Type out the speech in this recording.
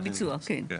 בביצוע, כן.